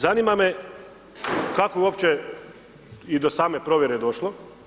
Zanima me ako uopće je i do same provjere je došlo?